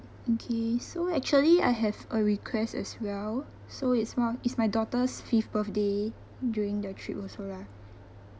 okay so actually I have a request as well so it's more it's my daughter's fifth birthday during the trip also lah